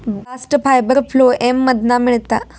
bast fibre phloem मधना मिळता